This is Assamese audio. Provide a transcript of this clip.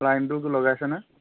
লাইনটো লগাইছেনে